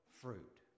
fruit